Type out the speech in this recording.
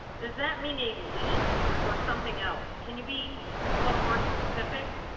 does that mean a leaf or something else? can you be a little more specific?